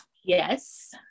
Yes